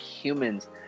humans